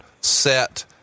set